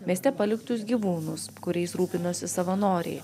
mieste paliktus gyvūnus kuriais rūpinasi savanoriai